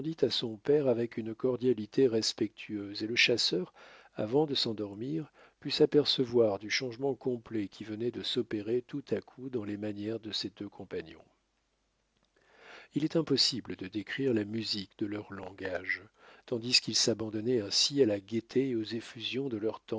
à son père avec une cordialité respectueuse et le chasseur avant de s'endormir put s'apercevoir du changement complet qui venait de s'opérer tout à coup dans les manières de ses deux compagnons il est impossible de décrire la musique de leur langage tandis qu'ils s'abandonnaient ainsi à la gaieté et aux effusions de leur